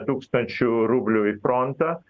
tūkstančių rublių į frontą